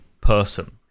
person